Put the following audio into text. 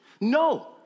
No